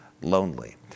lonely